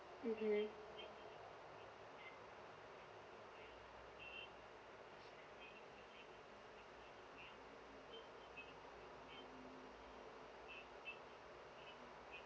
mmhmm